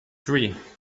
three